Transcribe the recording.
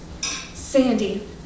Sandy